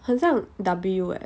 很像 W eh